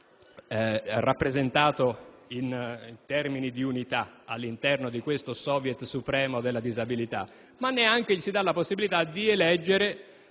rappresentato in termini di unità all'interno di questo *soviet* supremo della disabilità, ma non gli si dà nemmeno la possibilità di eleggere